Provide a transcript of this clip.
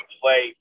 play